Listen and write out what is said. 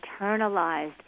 internalized